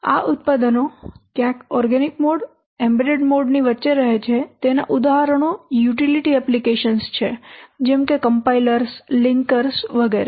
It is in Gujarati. આ ઉત્પાદનો ક્યાંક ઓર્ગેનિક મોડ અને એમ્બેડેડ મોડ ની વચ્ચે રહે છે અને તેના ઉદાહરણો યુટીલીટી એપ્લિકેશન્સ છે જેમ કે કમ્પાઇલર્સ લિંકર્સ વગેરે